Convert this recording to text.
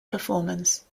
performance